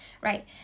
right